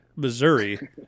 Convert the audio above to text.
Missouri